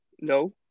No